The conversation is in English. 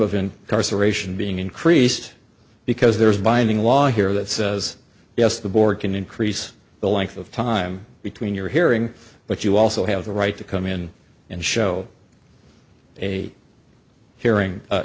ration being increased because there is a binding law here that says yes the board can increase the length of time between your hearing but you also have the right to come in and show a hearing